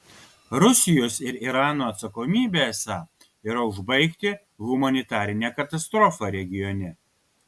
rusijos ir irano atsakomybė esą yra užbaigti humanitarinę katastrofą regione